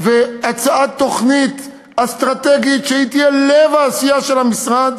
והצעת תוכנית אסטרטגית שתהיה לב העשייה של המשרד